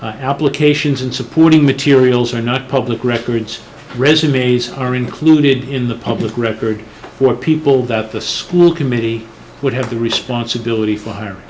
not applications and supporting materials are not public records resumes are included in the public record for people that the school committee would have the responsibility for h